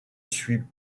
suit